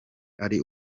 ari